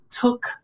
took